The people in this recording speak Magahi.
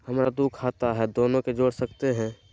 हमरा दू खाता हय, दोनो के जोड़ सकते है?